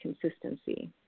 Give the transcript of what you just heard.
consistency